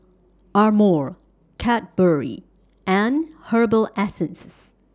Amore Cadbury and Herbal Essences